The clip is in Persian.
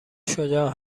شجاع